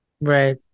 Right